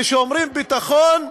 כשאומרים "ביטחון"